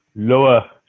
lower